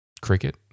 cricket